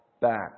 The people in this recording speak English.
back